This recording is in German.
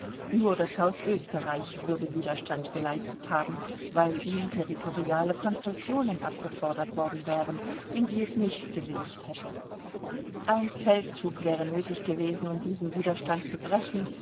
nur das haus österreich würde widerstand geleistet haben weil ihm territoriale konzessionen abgefordert worden wären in die es nicht gewilligt hätte ein feldzug wäre nötig gewesen um diesen widerstand zu brechen